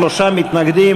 שלושה מתנגדים,